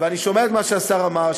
ואני שומע את מה שהשר אמר,